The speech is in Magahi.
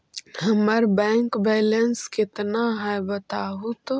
हमर बैक बैलेंस केतना है बताहु तो?